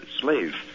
slave